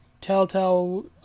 Telltale